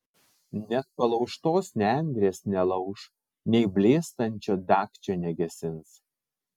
net palaužtos nendrės nelauš nei blėstančio dagčio negesins